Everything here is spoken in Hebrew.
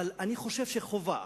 אבל אני חושב שחובה